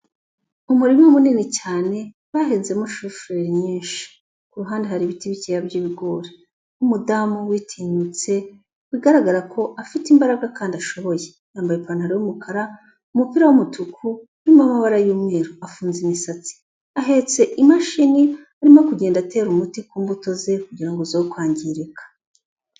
Umurima munini cyane bahinzemo shufureri nyinshi, ku ruhande hari ibiti bikeya by'ibigori, umudamu witinyutse bigaragara ko afite imbaraga kandi ashoboye, yambaye ipantaro y'umukara, umupira w'umutuku urimo amabara y'umweru, afunze imisatsi, ahetse imashini, arimo kugenda atera umuti ku mbuto ze kugirango zoye kwangirika.